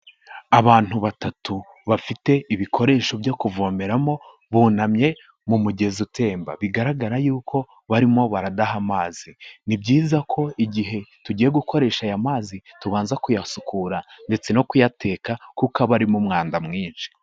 Abantu batatu bafite ibikoresho byo kuvomeramo bunamye mu mugezi utemba, bigaragara yuko barimo baradaha amazi. Ni byiza ko igihe tugiye gukoresha aya mazi tubanza kuyasukura ndetse no kuyateka kuko aba arimo umwanda mwinshi.